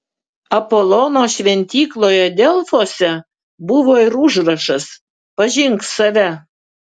apolono šventykloje delfuose buvo ir užrašas pažink save